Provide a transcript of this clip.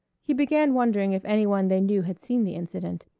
he began wondering if any one they knew had seen the incident.